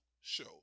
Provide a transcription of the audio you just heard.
show